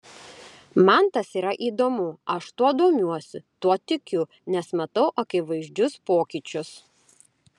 man tas yra įdomu aš tuo domiuosi tuo tikiu nes matau akivaizdžius pokyčius